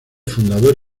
fundador